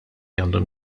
għandhom